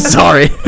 sorry